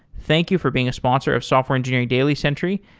thank you for being a sponsor of software engineering daily, sentry,